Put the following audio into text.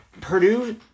Purdue